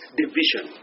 division